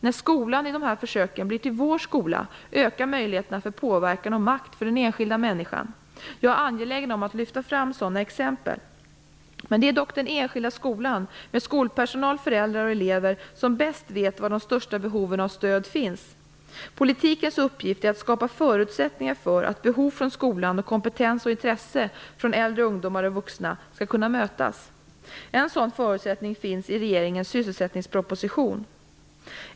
När "skolan" i dessa försök blir till "vår skola" ökar möjligheterna för påverkan och makt för den enskilda människan. Jag är angelägen om att lyfta fram sådana exempel. Det är dock den enskilda skolan, med skolpersonal, föräldrar och elever, som bäst vet var de största behoven av stöd finns. Politikens uppgift är att skapa förutsättningar för att behov från skolan och kompetens och intresse från äldre ungdomar och vuxna skall kunna mötas. En sådan förutsättning finns i regeringens sysselsättningsproposition.